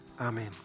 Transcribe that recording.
Amen